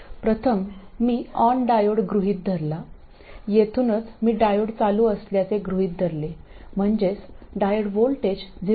प्रथम मी ON diode गृहीत धरला येथूनच मी डायोड चालू असल्याचे गृहित धरले म्हणजेच डायोड व्होल्टेज 0